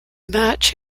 match